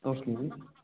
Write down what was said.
okay